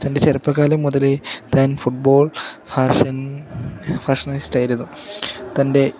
തൻ്റെ ചെറുപ്പക്കാലം മുതലെ താൻ ഫുട്ബോൾ ഫാഷൻ ഫാഷനെ ഇഷ്ടമായിരുന്നു തൻ്റെ